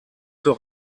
für